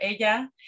ella